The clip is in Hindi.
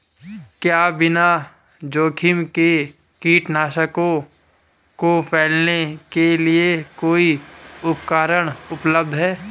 क्या बिना जोखिम के कीटनाशकों को फैलाने के लिए कोई उपकरण उपलब्ध है?